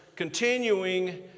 Continuing